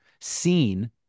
seen